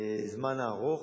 הזמן הרב.